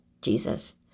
Jesus